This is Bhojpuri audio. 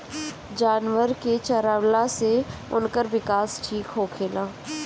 जानवर के चरवला से उनकर विकास ठीक होखेला